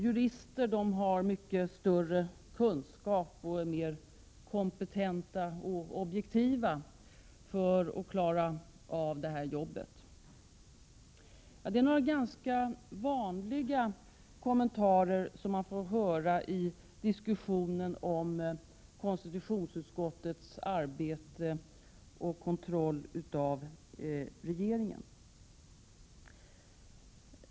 Juristerna har mycket större kunskap och är mer kompetenta och objektiva när det gäller att klara granskningen. Detta är några ganska vanliga kommentarer som man får höra i diskussionen om konstitutionsutskottets arbete och kontroll av regeringen.